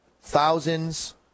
thousands